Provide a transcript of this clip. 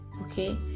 Okay